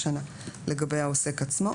לגבי העוסק עצמו.